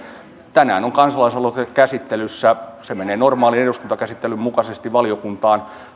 tänään on kansalaisaloite käsittelyssä se menee normaalin eduskuntakäsittelyn mukaisesti valiokuntaan